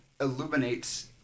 illuminates